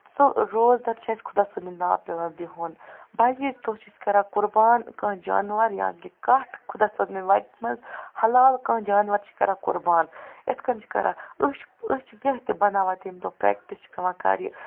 سۄ روزدر چھُ پٮ۪وان اَسہِ خدا صٲبنہِ ناو بِہُن بَجہِ عیٖز دۄہ چھُ قۄربان کیٚنہہ جاناوار یا کہِ کَٹھ خدای صٲبنہِ وَتہِ منٛز حَلال کانہہ جاناوار چھِ کران قۄربان یِتھۍ کٔنۍ چھِ کران أسۍ چھِ کیٚنہہ تہِ بَناوان تَمہِ دۄہ پٮ۪ٹھ پرٮ۪کٹِس چھِ پٮ۪وان کَرٕنۍ